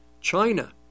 China